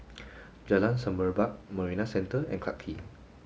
Jalan Semerbak Marina Centre and Clarke Quay